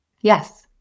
Yes